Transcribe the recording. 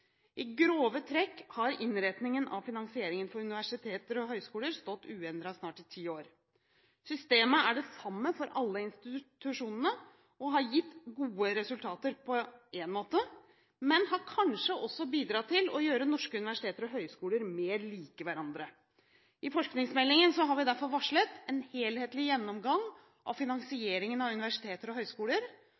I grove trekk har innretningen av finansieringen for universiteter og høyskoler stått uendret i snart ti år. Systemet er det samme for alle institusjonene og har gitt gode resultater på én måte, men har kanskje også bidratt til å gjøre norske universiteter og høyskoler mer like hverandre. I forskningsmeldingen har vi derfor varslet en helhetlig gjennomgang av finansieringen av universiteter og høyskoler.